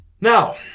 Now